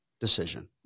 decision